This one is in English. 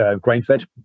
grain-fed